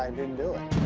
didn't do it.